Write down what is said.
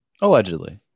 allegedly